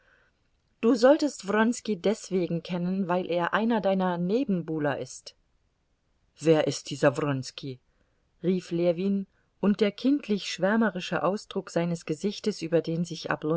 du solltest wronski deswegen kennen weil er einer deiner nebenbuhler ist wer ist dieser wronski rief ljewin und der kindlich schwärmerische ausdruck seines gesichtes über den sich